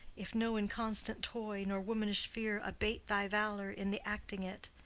if no inconstant toy nor womanish fear abate thy valour in the acting it.